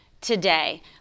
today